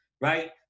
right